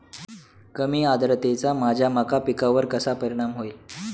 कमी आर्द्रतेचा माझ्या मका पिकावर कसा परिणाम होईल?